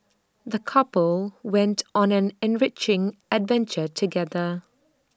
the couple went on an enriching adventure together